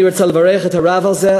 אני רוצה לברך את הרב הזה.